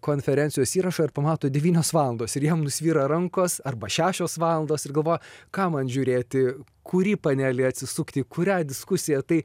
konferencijos įrašą ir pamato devynios valandos ir jam nusvyra rankos arba šešios valandos ir galvoja ką man žiūrėti kurį panelį atsisukti kurią diskusiją tai